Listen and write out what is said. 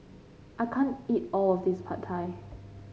I can't eat all of this Pad Thai